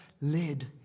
led